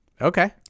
Okay